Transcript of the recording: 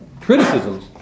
criticisms